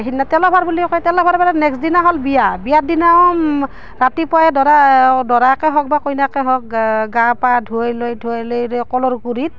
সেইদিনা তেলৰ ভাৰ বুলিয়ে কয় তেলো ভাৰৰ পৰা নেক্সদিনা হ'ল বিয়া বিয়াৰ দিনা ৰাতিপুৱাই দৰাও দৰাকে হওক বা কইনাকে হওক গা পা ধুৱাই লৈ ধুৱাই লৈ ৰে কলৰ গুৰিত